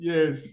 Yes